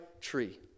tree